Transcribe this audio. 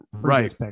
Right